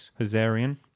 Hazarian